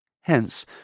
Hence